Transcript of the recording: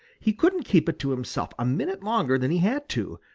he couldn't keep it to himself a minute longer than he had to.